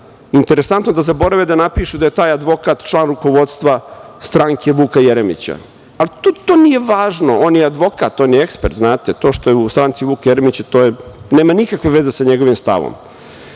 Interesantno da zaborave da napišu da je taj advokat član rukovodstva stranke Vuka Jeremića. Ali, to nije važno, on je advokat, on je ekspert, znate, to što je u stranci Vuka Jeremića nema nikakve veze sa njegovim stavom. Imate